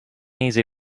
easy